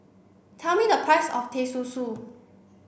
tell me the price of Teh Susu